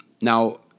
Now